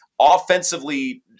offensively